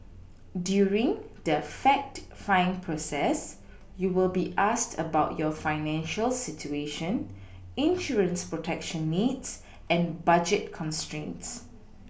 during the fact find process you will be asked about your financial situation insurance protection needs and budget constraints